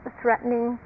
threatening